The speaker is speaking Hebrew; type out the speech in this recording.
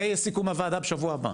זה יהיה סיכום הועדה של שבוע הבא.